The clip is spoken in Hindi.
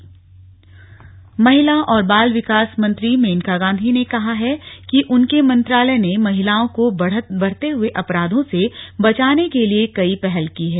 पहल महिला और बाल विकास मंत्री मेनका गांधी ने कहा है कि उनके मंत्रालय ने महिलाओं को बढ़ते हए अपराधों से बचाने के लिए कई पहल की हैं